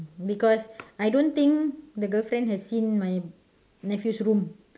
because I don't think the girlfriend has seen my nephew's room